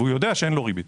ויודע שאין לו ריבית.